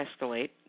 escalate